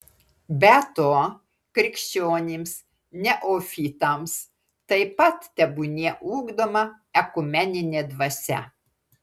be to krikščionims neofitams taip pat tebūnie ugdoma ekumeninė dvasia